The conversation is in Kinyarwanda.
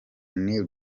nil